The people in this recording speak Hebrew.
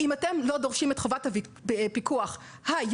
אם אתם לא דורשים את חובת הפיקוח היום-יומית,